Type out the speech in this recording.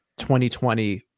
2020